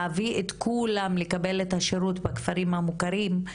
להביא את כולם לקבל את השירות בכפרים המוכרים,